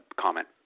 comment